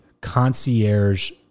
concierge